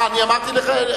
אה, אני אמרתי לך?